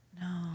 No